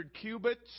cubits